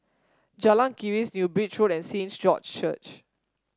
Jalan Keris New Bridge Road and Saint George's Church